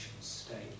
state